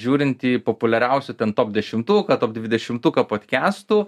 žiūrint į populiariausių ten top dešimtuką top dvidešimtuką podkestų